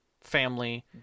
family